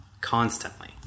constantly